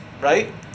right